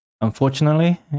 unfortunately